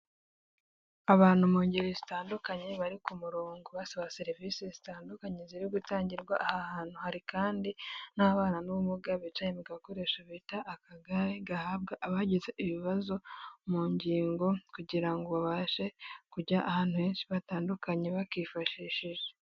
Abantu mu ngeri zitandukanye bari ku murongo basaba serivisi zitandukanye ziri gutangirwa aha hantu, hari kandi n'ababana n'ubumuga bicaye mu gakoresho bita akagare gahabwa abagize ibibazo mu ngingo, kugira ngo babashe kujya ahantu henshi hatandukanye bakifashishije.